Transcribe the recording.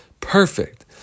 Perfect